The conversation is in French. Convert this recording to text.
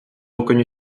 reconnu